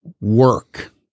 work